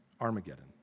Armageddon